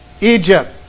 Egypt